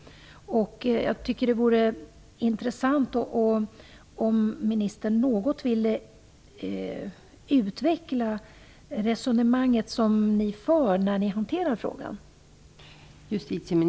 Det vore intressant om ministern något ville utveckla det resonemang som förs när ni hanterar frågan.